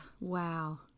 Wow